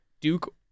Duke